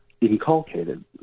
inculcated